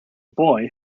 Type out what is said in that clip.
boy